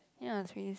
yea it's really